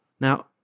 Now